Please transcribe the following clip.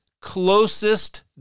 closest